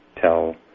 tell